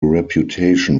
reputation